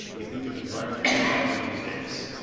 you think of environmentally friendly these days.